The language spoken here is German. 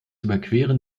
überqueren